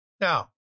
Now